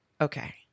Okay